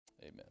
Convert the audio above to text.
Amen